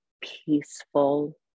peaceful